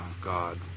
God